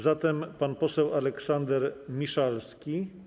Zatem pan poseł Aleksander Miszalski.